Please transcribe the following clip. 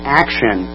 action